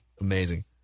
Amazing